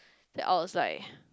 then I was like